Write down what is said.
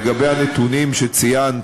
לגבי הנתונים שציינת,